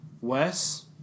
Wes